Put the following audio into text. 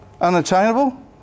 Unattainable